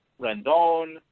Rendon